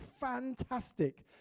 fantastic